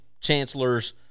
chancellors